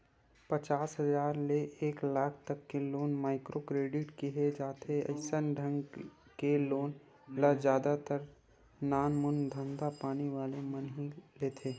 पचास हजार ले एक लाख तक लोन ल माइक्रो क्रेडिट केहे जाथे अइसन ढंग के लोन ल जादा तर नानमून धंधापानी वाले मन ह ही लेथे